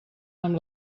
amb